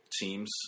teams